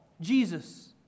Jesus